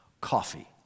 coffee